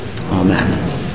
Amen